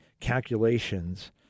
calculations